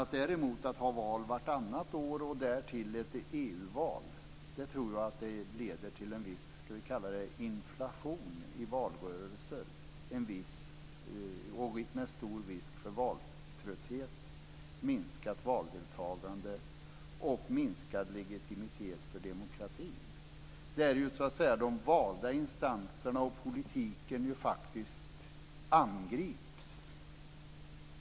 Att däremot ha val vartannat år och därtill ett EU-val tror jag leder till en viss ska vi kalla det inflation i valrörelser med stor risk för valtrötthet, minskat valdeltagande och minskad legitimitet för demokratin. Det är ju så att säga de valda instanserna och politiken som faktiskt angrips.